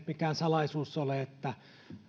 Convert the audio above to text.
mikään salaisuus ole että